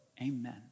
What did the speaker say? amen